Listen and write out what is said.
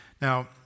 Now